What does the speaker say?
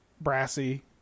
Brassy